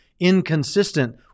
inconsistent